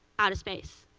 outer space.